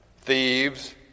thieves